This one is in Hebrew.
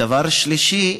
דבר שלישי,